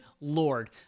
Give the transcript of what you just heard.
Lord